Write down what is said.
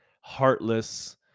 heartless